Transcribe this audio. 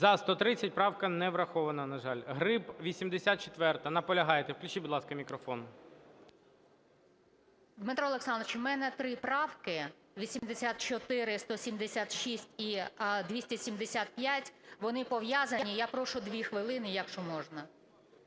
За-130 Правка не врахована, на жаль. Гриб, 84-а. Наполягаєте? Включіть, будь ласка, мікрофон. 11:54:27 ГРИБ В.О. Дмитро Олександрович, в мене три правки: 84, 176 і 275. Вони пов'язані. Я прошу 2 хвилини, якщо можна.